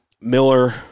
Miller